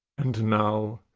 and now,